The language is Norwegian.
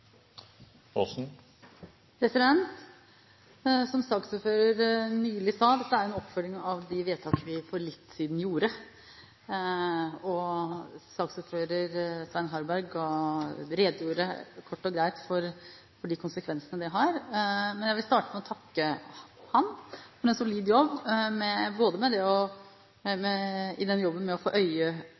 en oppfølging av de vedtak vi for litt siden gjorde. Saksordfører Svein Harberg redegjorde kort og greit for de konsekvensene det har. Jeg vil starte med å takke ham for en solid jobb, med både det for øye å få på plass de nødvendige lovendringer som følge av grunnlovsendringene, og – ikke minst – med å